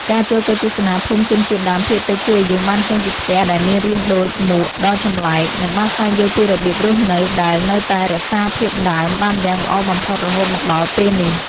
ការចូលទៅទស្សនាភូមិជនជាតិដើមភាគតិចជួយឱ្យយើងបានឃើញពីផ្ទះដែលមានរាងដូចមួកដ៏ចម្លែក និង បានស្វែងយល់ពីរបៀបរស់នៅដែលនៅតែរក្សាភាពដើមបានយ៉ាងល្អបំផុតរហូតមកដល់ពេលនេះ។